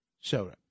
Soda